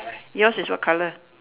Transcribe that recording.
yours is what colour